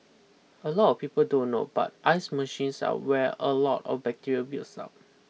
a lot people don't know but ice machines are where a lot of bacteria builds up